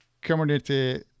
community